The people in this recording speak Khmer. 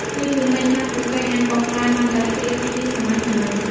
នេះមានន័យថា ពួកគេអាចបកប្រែបានតែពាក្យ ឬឃ្លាសាមញ្ញៗ។